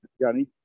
Johnny